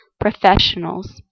professionals